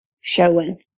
showing